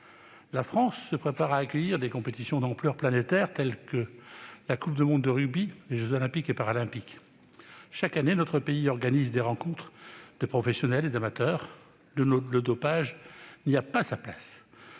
La France se prépare à accueillir des compétitions d'ampleur planétaire telles que la coupe du monde de rugby et les jeux Olympiques et Paralympiques. Chaque année, notre pays organise des rencontres de professionnels et d'amateurs. Le dopage n'y a pas sa place.